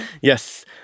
Yes